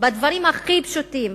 בדברים הכי פשוטים.